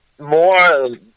more